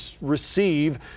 receive